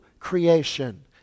creation